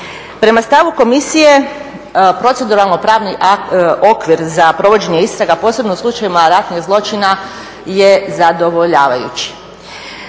Prema stavu komisije proceduralno pravni okvir za provođenje istraga posebno u slučajevima ratnih zločina je zadovoljavajući.